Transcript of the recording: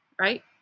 right